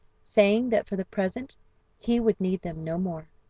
saying that for the present he would need them no more.